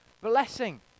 blessing